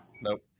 Nope